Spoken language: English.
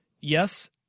Yes